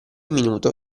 minuto